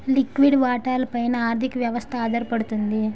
లిక్విడి వాటాల పైన ఆర్థిక వ్యవస్థ ఆధారపడుతుంది